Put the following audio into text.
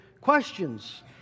questions